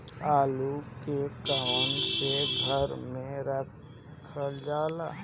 आलू के कवन से घर मे रखल जाला?